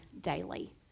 daily